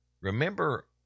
Remember